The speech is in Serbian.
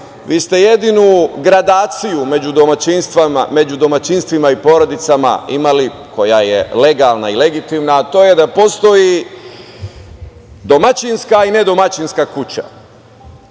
vi ste jedinu gradaciju među domaćinstvima i porodicama imali, koja je legalna i legitimna, a to je da postoji domaćinska i nedomaćinska kuća.